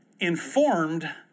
Informed